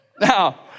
Now